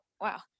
wow